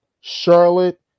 Charlotte